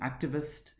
activist